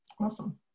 Awesome